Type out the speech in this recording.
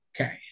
Okay